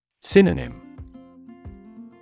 Synonym